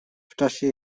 czasie